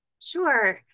Sure